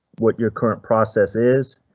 what your current process is.